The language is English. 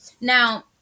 now